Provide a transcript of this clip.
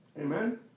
Amen